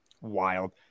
wild